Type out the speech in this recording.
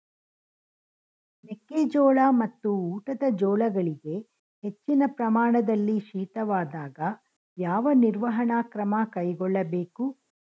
ಮೆಕ್ಕೆ ಜೋಳ ಮತ್ತು ಊಟದ ಜೋಳಗಳಿಗೆ ಹೆಚ್ಚಿನ ಪ್ರಮಾಣದಲ್ಲಿ ಶೀತವಾದಾಗ, ಯಾವ ನಿರ್ವಹಣಾ ಕ್ರಮ ಕೈಗೊಳ್ಳಬೇಕು?